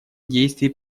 действий